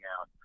out